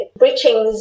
breaching